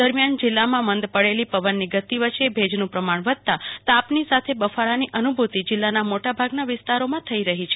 દરમિયાન જિલ્લામાં મંદ પડેલી પવનની ગતિ વચ્ચે ભેજનું પ્રમાણ વધતાં તાપની સાથે બફારાની અનુભૂતિ જિલ્લાના મોટા ભાગના વિસ્તારોમાં થઈ રહી છે